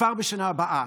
כבר בשנה הבאה.